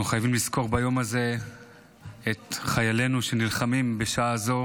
אנחנו חייבים לזכור ביום הזה את חיילינו שנלחמים בשעה זו